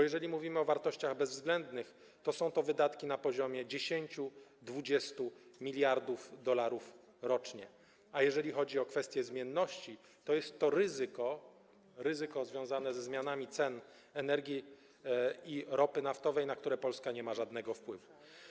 Jeżeli mówimy o wartościach bezwzględnych, to są to wydatki na poziomie 10–20 mld dolarów rocznie, a jeżeli chodzi o kwestie zmienności, to jest to ryzyko związane ze zmianami cen energii i ropy naftowej, na które Polska nie ma żadnego wpływu.